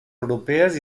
europees